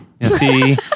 See